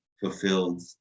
fulfilled